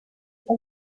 este